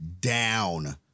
down